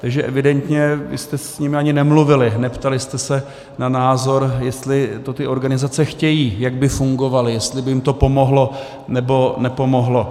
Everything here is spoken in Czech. Takže evidentně vy jste s nimi ani nemluvili, neptali jste se na názor, jestli to ty organizace chtějí, jak by fungovaly, jestli by jim to pomohlo, nebo nepomohlo.